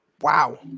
Wow